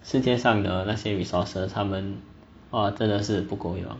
世界上的那些 resources 他们哇真的是不够用